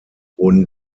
wurden